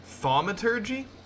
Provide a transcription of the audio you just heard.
Thaumaturgy